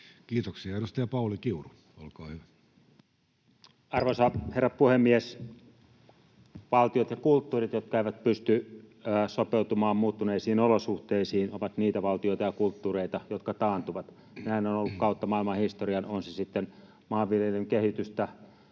Kiitoksia. — Edustaja Pauli Kiuru, olkaa hyvä. Arvoisa herra puhemies! Valtiot ja kulttuurit, jotka eivät pysty sopeutumaan muuttuneisiin olosuhteisiin, ovat niitä valtioita ja kulttuureita, jotka taantuvat. Näin on ollut kautta maailman historian, on se sitten maanviljelyn kehitystä,